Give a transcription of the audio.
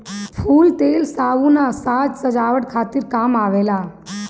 फूल तेल, साबुन आ साज सजावट खातिर काम आवेला